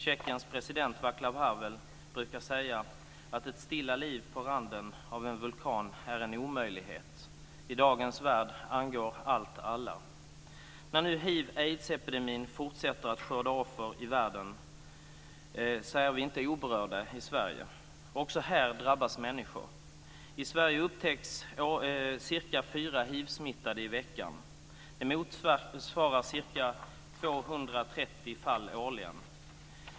Tjeckiens president Vaclav Havel brukar säga att ett stilla liv på randen av en vulkan är en omöjlighet - i dagens värld angår allt alla. När nu hiv/aids-epidemin fortsätter att skörda offer i världen är vi inte oberörda i Sverige. Också här drabbas människor. I Sverige upptäcks ungefär fyra hivsmittade i veckan. Detta motsvarar ca 230 fall årligen.